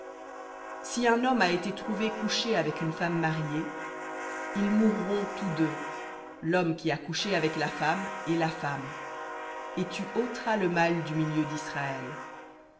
si un homme a été trouvé couché avec une femme mariée ils mourront tous deux l'homme qui a couché avec la femme et la femme et tu ôteras le mal d'israël